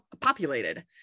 populated